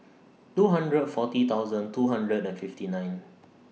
two hundred and forty thousand two hundred and fifty nine